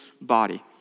body